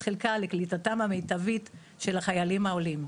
חלקה לקליטתם המיטבית של החיילים העולים,